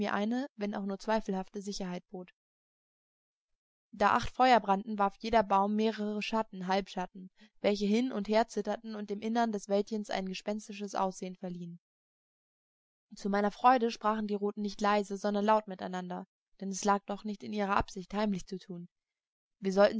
eine wenn auch nur zweifelhafte sicherheit bot da acht feuer brannten warf jeder baum mehrere schatten halbschatten welche hin und her zitterten und dem innern des wäldchens ein gespenstisches aussehen verliehen zu meiner freude sprachen die roten nicht leise sondern laut miteinander denn es lag doch nicht in ihrer absicht heimlich zu tun wir sollten